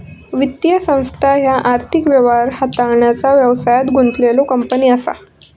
वित्तीय संस्था ह्या आर्थिक व्यवहार हाताळण्याचा व्यवसायात गुंतलेल्यो कंपनी असा